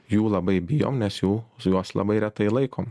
jų labai bijom nes jų juos labai retai laikom